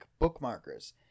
bookmarkers